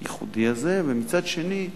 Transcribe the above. הייחודי הזה, ומצד שני,